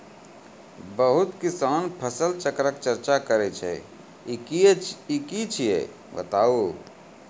बहुत किसान फसल चक्रक चर्चा करै छै ई की छियै बताऊ?